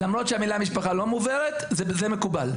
כן, למרות שהמילה "משפחה" לא מובהרת, זה מקובל.